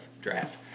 draft